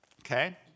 Okay